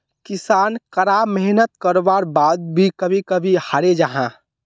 किसान करा मेहनात कारवार बाद भी कभी कभी हारे जाहा